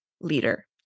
leader